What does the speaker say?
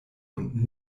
und